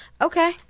Okay